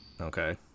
okay